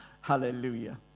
Hallelujah